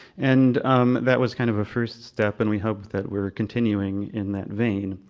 and um that was kind of a first step and we hope that we're continuing in that vain.